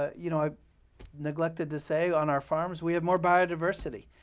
ah you know neglected to say on our farms we have more biodiversity.